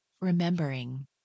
remembering